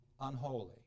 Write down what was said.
unholy